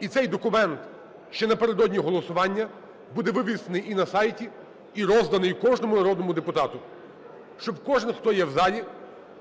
і цей документ ще напередодні голосування буде вивішений і на сайті і розданий кожному народному депутату, щоб кожний, хто є в залі,